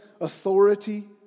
authority